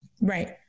Right